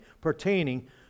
pertaining